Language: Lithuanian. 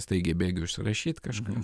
staigiai bėgi užsirašyt kažką